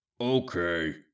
Okay